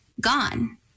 gone